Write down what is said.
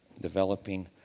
Developing